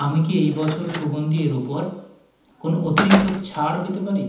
আমি কি এই বছর সুগন্ধি এর উপর কোনও অতিরিক্ত ছাড় পেতে পারি